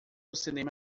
cinema